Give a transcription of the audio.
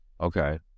Okay